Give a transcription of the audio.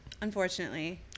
unfortunately